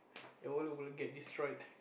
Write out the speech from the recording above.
your wallet wouldn't get destroyed